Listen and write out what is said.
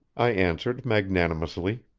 i answered magnanimously.